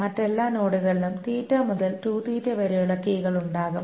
മറ്റെല്ലാ നോഡുകളിലും മുതൽ വരെയുള്ള കീകൾ ഉണ്ടാകും